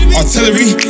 artillery